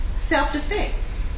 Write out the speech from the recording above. self-defense